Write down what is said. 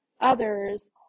others